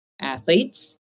athletes